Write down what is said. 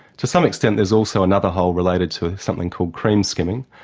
to some extent there's also another hole related to something called cream skimming,